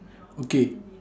okay